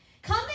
Come